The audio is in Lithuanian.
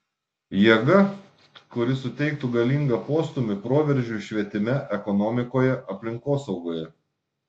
jėga kuri suteiktų galingą postūmį proveržiui švietime ekonomikoje aplinkosaugoje